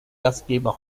gastgeber